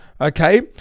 okay